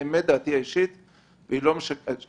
מה שבא בעקבות